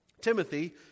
Timothy